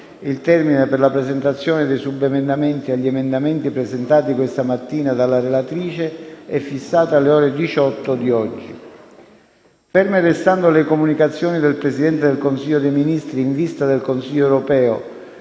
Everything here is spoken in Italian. Il termine per la presentazione dei subemendamenti agli emendamenti presentati questa mattina dalla relatrice è fissato alle ore 18 di oggi. Ferme restando le comunicazioni del Presidente del Consiglio dei ministri in vista del Consiglio europeo,